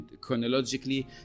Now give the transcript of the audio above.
chronologically